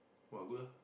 [wah] good ah